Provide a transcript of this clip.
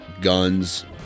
guns